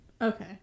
Okay